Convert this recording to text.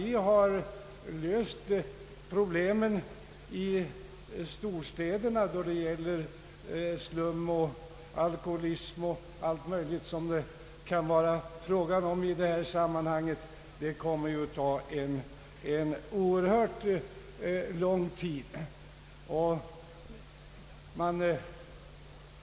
Att lösa problemen i storstäderna med slum, alkoholism och allt möjligt som det kan vara fråga om i detta sammanhang kommer ju att ta mycket lång tid.